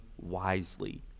wisely